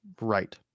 Right